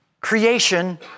creation